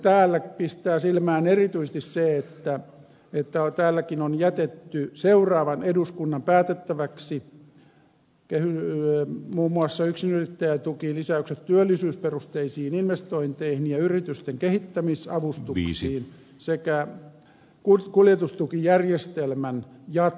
täällä pistää silmään erityisesti se että täälläkin on jätetty seuraavan eduskunnan päätettäväksi muun muassa yksinyrittäjätukilisäykset työllisyysperusteisiin investointeihin ja yritysten kehittämisavustuksiin sekä kuljetustukijärjestelmän jatkoon